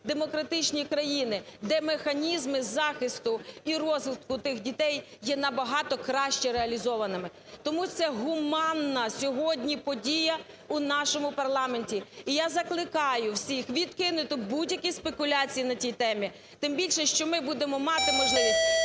демократичні країни, де механізми захисту і розвитку тих дітей є набагато краще реалізованими. Тому це гуманна сьогодні подія у нашому парламенті. І я закликаю всіх відкинути будь-які спекуляції на тій темі, тим більше, що ми будемо мати можливість